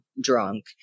drunk